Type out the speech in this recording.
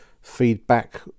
feedback